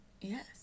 Yes